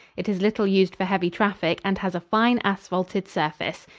it is little used for heavy traffic and has a fine asphalted surface.